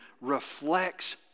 reflects